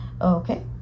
Okay